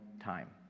time